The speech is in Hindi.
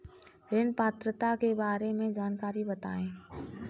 ऋण पात्रता के बारे में जानकारी बताएँ?